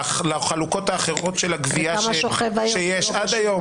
לחלוקות האחרות של הגבייה שיש עד היום?